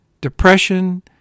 depression